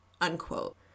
unquote